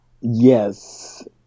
Yes